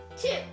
two